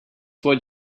what